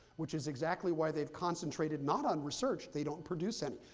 which is exactly why they've concentrated not on research, they don't produce any,